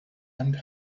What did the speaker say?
and